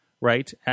right